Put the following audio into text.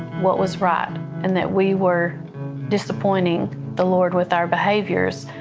what was right and that we were disappointing the lord with our behaviors,